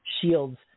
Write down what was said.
shields